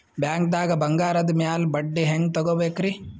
ಬ್ಯಾಂಕ್ದಾಗ ಬಂಗಾರದ್ ಮ್ಯಾಲ್ ಬಡ್ಡಿ ಹೆಂಗ್ ತಗೋಬೇಕ್ರಿ?